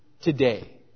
today